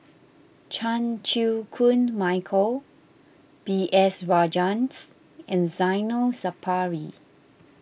Chan Chew Koon Michael B S Rajhans and Zainal Sapari